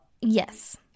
Yes